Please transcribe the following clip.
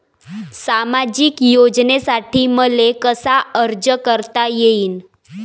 सामाजिक योजनेसाठी मले कसा अर्ज करता येईन?